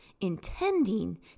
intending